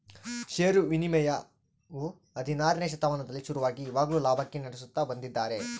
ಷೇರು ವಿನಿಮಯವು ಹದಿನಾರನೆ ಶತಮಾನದಲ್ಲಿ ಶುರುವಾಗಿ ಇವಾಗ್ಲೂ ಲಾಭಕ್ಕಾಗಿ ನಡೆಸುತ್ತ ಬಂದಿದ್ದಾರೆ